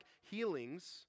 healings